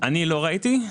לא ראינו.